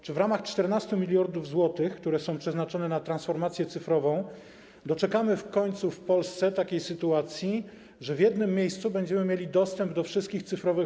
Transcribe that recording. Czy w ramach 14 mld zł, które są przeznaczone na transformację cyfrową, doczekamy w końcu w Polsce takiej sytuacji, że w jednym miejscu będziemy mieli dostęp do wszystkich usług cyfrowych?